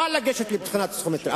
יכול לגשת לבחינה הפסיכומטרית,